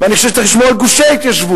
ואני חושב שצריך לשמור על גושי התיישבות,